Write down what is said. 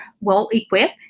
well-equipped